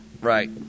Right